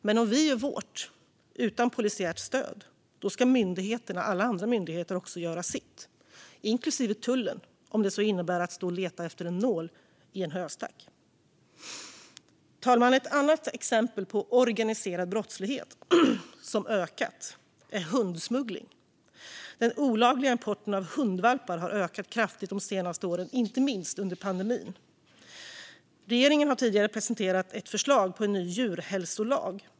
Men om vi gör vårt, utan polisiärt stöd, ska alla andra myndigheter också göra sitt, inklusive tullen, om det så innebär att man "står och letar efter en nål i en höstack". Fru talman! Ett annat exempel på organiserad brottslighet som ökat är hundsmuggling. Den olagliga importen av hundvalpar har ökat kraftigt de senaste åren, inte minst under pandemin. Regeringen har tidigare presenterat ett förslag på en ny djurhälsolag.